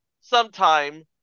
sometime